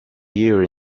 year